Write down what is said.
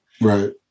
Right